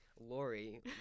Lori